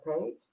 page